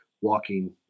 walking